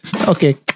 Okay